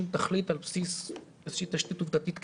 תכלית על בסיס איזושהי תשתית עובדתית קיימת.